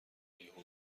یهو